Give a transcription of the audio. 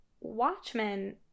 Watchmen